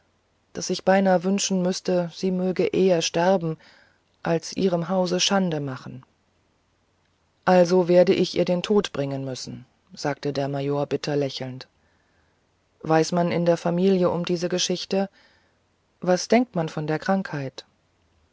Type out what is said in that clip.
daß ich beinahe wünschen müßte sie möge eher sterben als ihrem hause schande machen also werde ich ihr den tod bringen müssen sagte der major bitter lächelnd weiß man in der familie um diese geschichten was denkt man von der krankheit